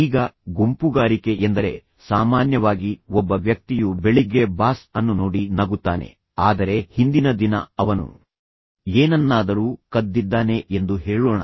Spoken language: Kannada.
ಈಗ ಗುಂಪುಗಾರಿಕೆ ಎಂದರೆ ಸಾಮಾನ್ಯವಾಗಿ ಒಬ್ಬ ವ್ಯಕ್ತಿಯು ಬೆಳಿಗ್ಗೆ ಬಾಸ್ ಅನ್ನು ನೋಡಿ ನಗುತ್ತಾನೆ ಆದರೆ ಹಿಂದಿನ ದಿನ ಅವನು ಏನನ್ನಾದರೂ ಕದ್ದಿದ್ದಾನೆ ಎಂದು ಹೇಳೋಣ